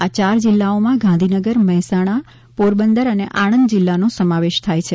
આ યાર જીલ્લાઓમાં ગાંધીનગર મહેસાણા પોરબંદર અને આણંદ જીલ્લાનો સમાવેશ થાય છે